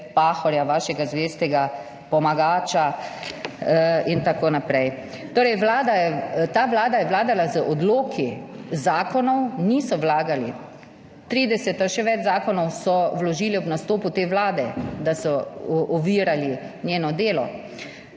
Pahorja, vašega zvestega pomagača, in tako naprej. Torej, ta vlada je vladala z odloki, zakonov niso vlagali. 30 ali še več zakonov so vložili ob nastopu te vlade, da so ovirali njeno delo,